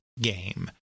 game